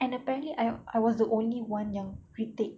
and apparently I I was the only one yang retake